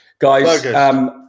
Guys